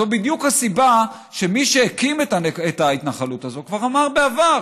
זו בדיוק הסיבה שמי שהקים את ההתנחלות הזאת כבר אמר בעבר